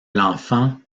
l’enfant